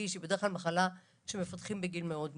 שהיא בדרך כלל מחלה שמפתחים בגיל מאוד מאוחר.